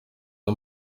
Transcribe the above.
nko